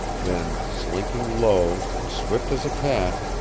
then, slinking low, and swift as a cat,